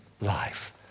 life